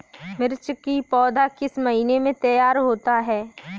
मिर्च की पौधा किस महीने में तैयार होता है?